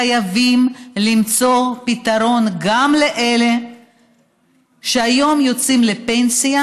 חייבים למצוא פתרון גם לאלה שהיום יוצאים לפנסיה,